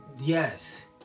Yes